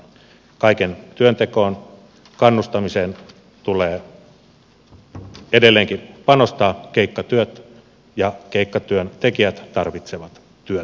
kaikkeen työntekoon kannustamiseen tulee edelleenkin panostaa keikkatyöt ja keikkatyöntekijät tarvitsevat työtä